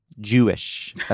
Jewish